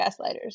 Gaslighters